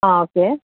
okay